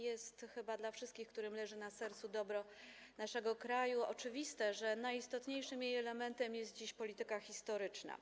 Jest chyba dla wszystkich, którym leży na sercu dobro naszego kraju, oczywiste, że najistotniejszym jego elementem jest dziś polityka historyczna.